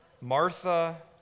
Martha